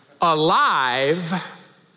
alive